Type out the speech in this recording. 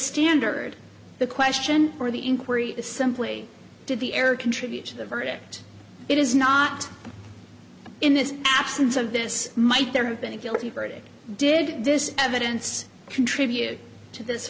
standard the question or the inquiry is simply did the air contribute to the verdict it is not in this absence of this might there have been a guilty verdict did this evidence contribute to this